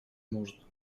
может